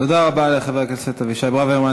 תודה רבה לחבר הכנסת אבישי ברוורמן,